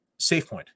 SafePoint